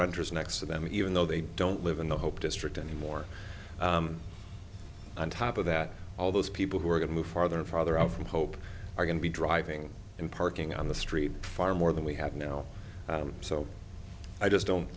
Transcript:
renters next to them even though they don't live in the hope district anymore on top of that all those people who are going to move farther and farther out from hope are going to be driving and parking on the street far more than we have now so i just don't